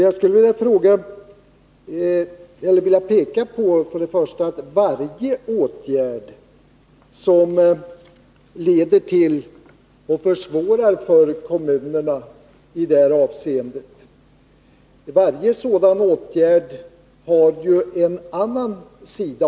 Jag skulle vilja peka på att alla åtgärder som försvårar situationen för kommunerna i det här avseendet också har en annan sida.